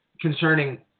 concerning